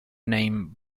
name